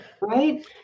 right